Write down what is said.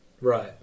Right